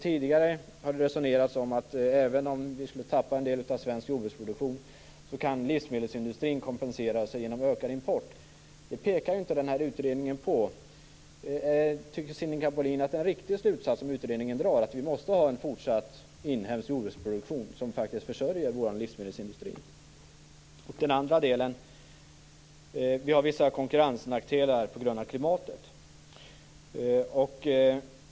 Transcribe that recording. Tidigare har det resonerats om att även om vi skulle tappa en del av svensk jordbruksproduktion kan livsmedelsindustrin kompensera sig genom ökad import. Det pekar inte utredningen på. Tycker Sinikka Bohlin att det är en riktig slutsats som utredningen drar att vi måste ha en fortsatt inhemsk jordbruksproduktion som faktiskt försörjer vår livsmedelsindustri? Så den andra delen. Vi har vissa konkurrensnackdelar på grund av klimatet.